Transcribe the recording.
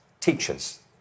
teachers